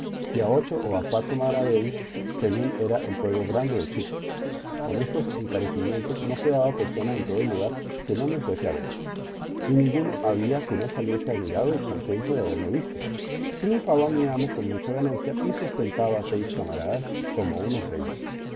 a ocho o a cuatro maravedís según era el pueblo grande o chico con estos encarecimientos no quedaba persona en todo el lugar que no me fuese a ver y ninguno había que no saliese admirado y contento de haberme visto triunfaba mi amo con la mucha ganancia y sustentaba seis camaradas como unos reyes la